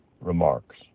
remarks